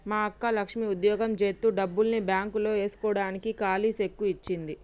మా అక్క లక్ష్మి ఉద్యోగం జేత్తు డబ్బుల్ని బాంక్ లో ఏస్కోడానికి కాలీ సెక్కు ఇచ్చింది